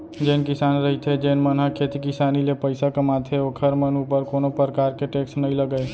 जेन किसान रहिथे जेन मन ह खेती किसानी ले पइसा कमाथे ओखर मन ऊपर कोनो परकार के टेक्स नई लगय